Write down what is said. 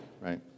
right